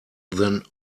than